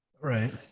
right